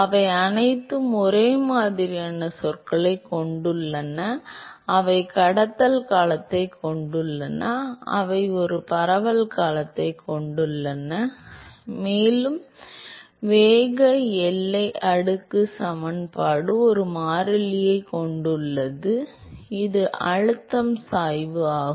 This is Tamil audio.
அவை அனைத்தும் ஒரே மாதிரியான சொற்களைக் கொண்டுள்ளன அவை கடத்தல் காலத்தைக் கொண்டுள்ளன அவை ஒரு பரவல் காலத்தைக் கொண்டுள்ளன மேலும் வேக எல்லை அடுக்கு சமன்பாடு ஒரு மாறிலியைக் கொண்டுள்ளது இது அழுத்தம் சாய்வு ஆகும்